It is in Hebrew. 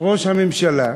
ראש הממשלה,